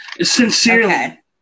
Sincerely